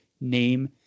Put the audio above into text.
name